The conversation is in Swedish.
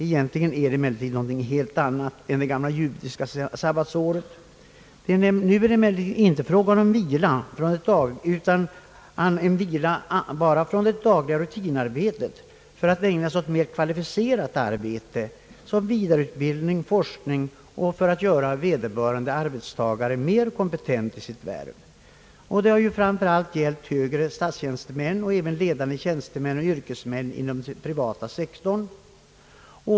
Egentligen är det emellertid någonting helt annat än det gamla judiska sabbatsåret. Nu tänker man sig nämligen inte vila annat än från det dagliga rutinarbetet för att ägna sig åt mer kvalificerat arbete, som vidareutbildning eller forskning, i syfte att göra vederbörande arbetstagare mer kompetent i sitt värv. Det har ju framför allt gällt högre statstjänstemän, men även ledande tjänstemän och yrkesmän inom den privata sektorn.